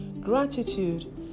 gratitude